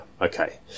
okay